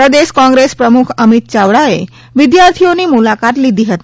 પ્રદેશ કોંગ્રેસ પ્રમુખ અમિત યાવડાએ વિદ્યાર્થીઓની મુલાકાત લીધી હતી